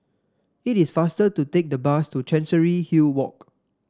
it is faster to take the bus to Chancery Hill Walk